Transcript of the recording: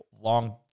long